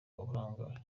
uburangare